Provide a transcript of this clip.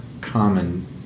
common